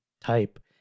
type